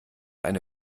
eine